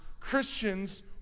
Christians